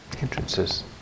entrances